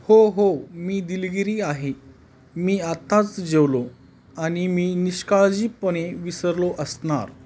हो हो मी दिलगीर आहे मी आत्ताच जेवलो आणि मी निष्काळजीपणे विसरलो असणार